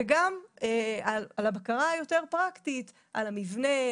וגם על הבקרה הפרקטית של המבנה,